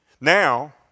Now